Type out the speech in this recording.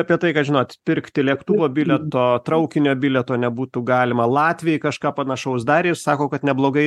apie tai kad žinot pirkti lėktuvo bilieto traukinio bilieto nebūtų galima latviai kažką panašaus darė ir sako kad neblogai